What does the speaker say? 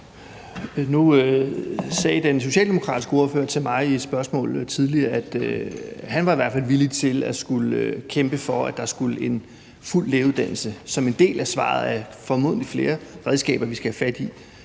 Nu sagde den socialdemokratiske ordfører til mig i et spørgsmål tidligere, at han i hvert fald var villig til at kæmpe for, at der skulle en fuld lægeuddannelse til som en del af formodentlig flere redskaber, vi skal have fat i